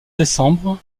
décembre